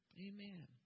amen